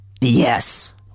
Yes